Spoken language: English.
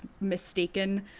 mistaken